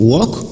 Walk